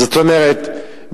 זאת אומרת,